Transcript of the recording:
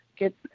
get